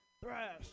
thrash